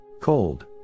Cold